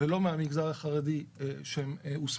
ולא מהמגזר החרדי שהוסמכו.